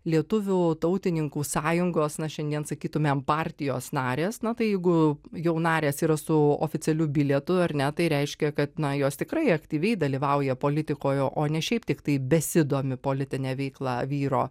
lietuvių tautininkų sąjungos na šiandien sakytumėm partijos narės na tai jeigu jau narės yra su oficialiu bilietu ar ne tai reiškia kad na jos tikrai aktyviai dalyvauja politikoje o ne šiaip tiktai besidomi politine veikla vyro